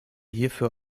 hierfür